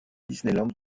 disneyland